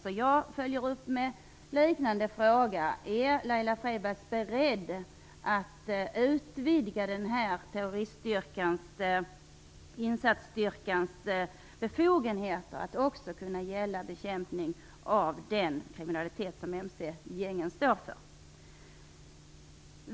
Så jag följer upp med en fråga liknande Gun Hellsviks fråga: Är Laila Freivalds beredd att utvidga denna insatsstyrkas befogenheter att också kunna gälla bekämpning av den kriminalitet som mc-gängen står för?